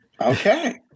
Okay